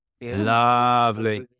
Lovely